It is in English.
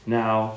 now